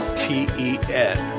t-e-n